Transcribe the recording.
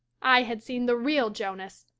i had seen the real jonas.